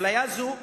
אפליה זו,